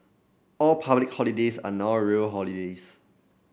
all public holidays are now real holidays